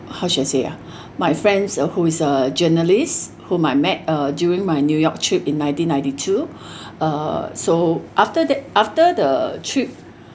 how should I say ah my friends who is a journalist whom I met uh during my new york trip in nineteen ninety two uh so after that after the trip